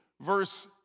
verse